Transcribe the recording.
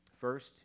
First